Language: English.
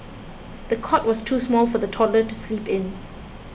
the cot was too small for the toddler to sleep in